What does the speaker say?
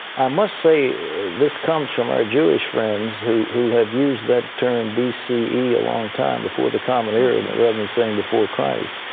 i must say this comes from our jewish friends who who have used that term bce a long time, before the common era, rather than saying, before christ.